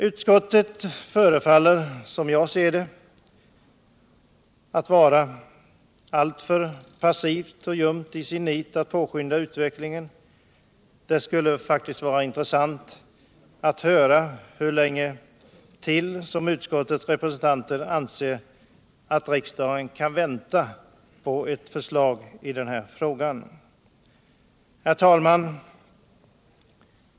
Utskottet förefaller, som jag ser det, att vara alltför passivt och ljumt i sitt nit att påskynda utvecklingen. Det skulle vara intressant att höra hur länge till utskottets respresentanter anser att riksdagen kan vänta på ett förslag i denna fråga. Herr talman!